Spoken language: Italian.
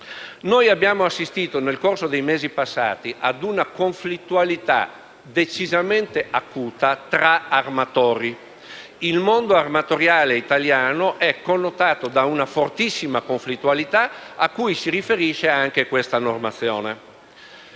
Noi abbiamo assistito, nel corso dei mesi passati, ad una conflittualità decisamente acuta tra armatori. Il mondo armatoriale italiano è connotato da una fortissima conflittualità a cui si riferisce anche questa normazione.